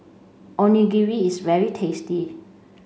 Onigiri is very tasty